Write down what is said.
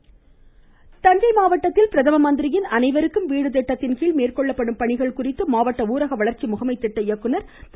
Thanjai voice Thanjai மாவட்டத்தில் பிரதம மந்திரியின் அனைவருக்கும் வீடு திட்டத்தின் கீழ் மேற்கொள்ளப்படும் பணிகள் குறித்து மாவட்ட ஊரக வளர்ச்சி முகமைத் கிட்ட இயக்குநர் திரு